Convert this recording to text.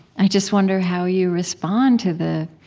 i just wonder how you respond to the